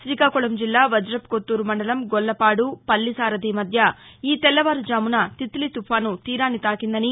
శ్రీకాకుళం జిల్లా వాజపుకొత్తూరు మండలం గొల్లపాడు పల్లిసారథి మధ్య ఈ తెల్లవారుజామున తిత్లీ తుఫాను తీరాన్ని తాకిందని